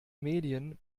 medien